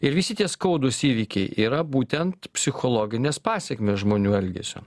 ir visi tie skaudūs įvykiai yra būtent psichologinės pasekmės žmonių elgesio